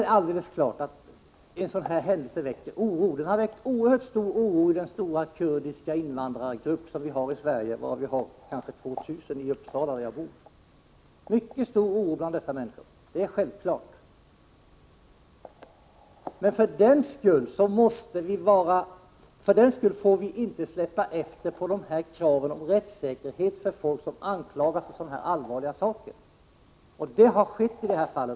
Det är helt självklart att en sådan här händelse väcker oro. Den har väckt oerhört stor oro i den stora kurdiska invandrargruppen i Sverige, varav ca 2 000 finns i Uppsala, där jag bor. För den skull får vi inte släppa efter på kraven på rättssäkerhet för folk som anklagas för sådana här allvarliga saker, men det har skett i detta fall.